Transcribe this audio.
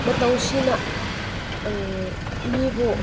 ꯃꯇꯧꯁꯤꯅ ꯃꯤꯕꯨ